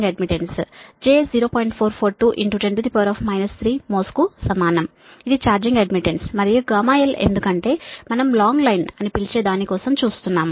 442 10 3 మొ కు సమానం ఇది ఛార్జింగ్ అడ్మిటెన్స్ మరియు γl ఎందుకంటే మనం లాంగ్ లైన్ అని పిలిచే దాని కోసం చూస్తున్నాం